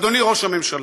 אדוני ראש הממשלה,